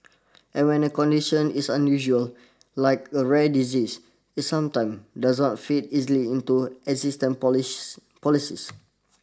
and when a condition is unusual like a rare disease it sometimes does not fit easily into existing policy policies